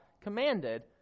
commanded